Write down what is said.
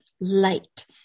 light